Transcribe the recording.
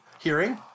hearing